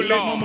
Lord